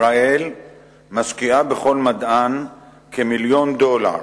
ישראל משקיעה בכל מדען כמיליון דולר,